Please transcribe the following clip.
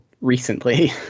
recently